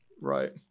Right